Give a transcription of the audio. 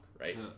right